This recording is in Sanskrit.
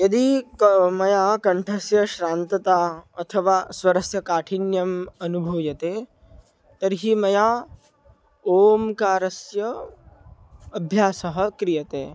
यदि क मया कण्ठस्य श्रान्तता अथवा स्वरस्य काठिन्यम् अनुभूयते तर्हि मया ओंकारस्य अभ्यासः क्रियते